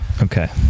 Okay